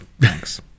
Thanks